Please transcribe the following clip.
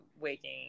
waking